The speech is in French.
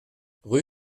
rue